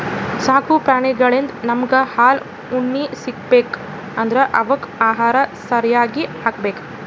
ಸಾಕು ಪ್ರಾಣಿಳಿಂದ್ ನಮ್ಗ್ ಹಾಲ್ ಉಣ್ಣಿ ಸಿಗ್ಬೇಕ್ ಅಂದ್ರ ಅವಕ್ಕ್ ಆಹಾರ ಸರ್ಯಾಗ್ ಹಾಕ್ಬೇಕ್